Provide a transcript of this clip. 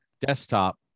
desktop